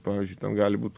pavyzdžiui ten gali būt